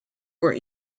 were